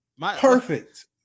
Perfect